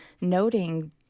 noting